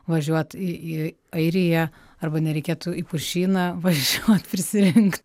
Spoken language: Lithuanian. važiuot į į airiją arba nereikėtų į pušyną važiuot prisirink